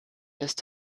ist